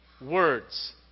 Words